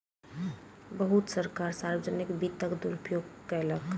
बहुत सरकार सार्वजनिक वित्तक दुरूपयोग कयलक